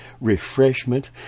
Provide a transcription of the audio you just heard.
refreshment